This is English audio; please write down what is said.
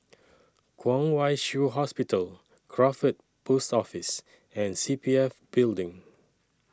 Kwong Wai Shiu Hospital Crawford Post Office and C P F Building